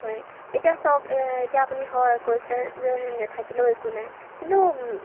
হয় এতিয়া চাওক এতিয়া আপুনি হয় কৈছে যে নেথাকিলেও একো নাই কিন্তু